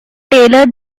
taylor